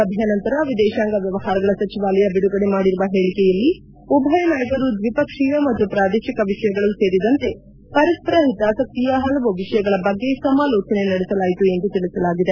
ಸಭೆಯ ನಂತರ ವಿದೇಶಾಂಗ ವ್ಲವಹಾರಗಳ ಸಚಿವಾಲಯ ಬಿಡುಗಡೆ ಮಾಡಿರುವ ಹೇಳಿಕೆಯಲ್ಲಿ ಉಭಯ ನಾಯಕರು ದ್ವಿಪಕ್ಷೀಯ ಮತ್ತು ಪ್ರಾದೇಶಿಕ ವಿಷಯಗಳೂ ಸೇರಿದಂತೆ ಪರಸ್ಪರ ಹಿತಾಸಕ್ತಿಯ ಹಲವು ವಿಷಯಗಳ ಬಗ್ಗೆ ಸಮಾಲೋಚನೆ ನಡೆಸಲಾಯಿತು ಎಂದು ತಿಳಿಸಲಾಗಿದೆ